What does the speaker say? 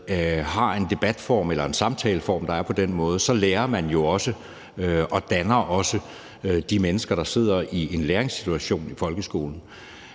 har en debatform eller en samtaleform, der er på den måde, så lærer man jo også de mennesker, der sidder i en læringssituation i folkeskolen,